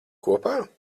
kopā